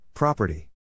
Property